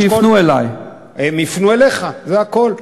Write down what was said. לקבל תמונת מצב מעודכנת על בסיס נתונים